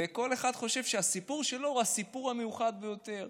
וכל אחד חושב שהסיפור שלו הוא הסיפור המיוחד ביותר,